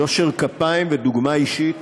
יושר כפיים ודוגמה אישית